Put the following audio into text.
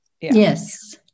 Yes